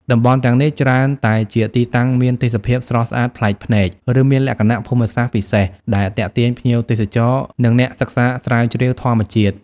តំបន់ទាំងនេះច្រើនតែជាទីតាំងមានទេសភាពស្រស់ស្អាតប្លែកភ្នែក ឬមានលក្ខណៈភូមិសាស្ត្រពិសេស ដែលទាក់ទាញភ្ញៀវទេសចរ និងអ្នកសិក្សាស្រាវជ្រាវធម្មជាតិ។